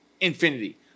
infinity